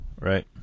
Right